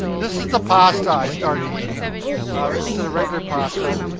this is the pasta i started eating instead of regular pasta.